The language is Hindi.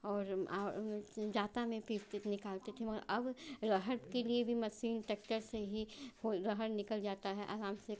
और जाता में पीसते थे निकालते थे मगर अब अरहर के लिए भी मसीन टैक्टर से ही हो अरहर निकल जाता है आराम से